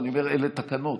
אני אומר שאלה תקנות,